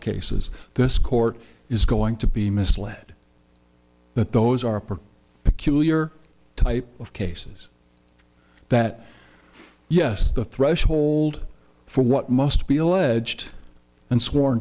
cases this court is going to be misled that those are peculiar type of cases that yes the threshold for what must be alleged and sworn